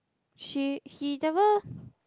she he never